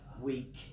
week